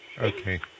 Okay